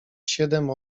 siedem